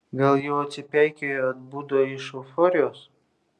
gal jau atsipeikėjo atbudo iš euforijos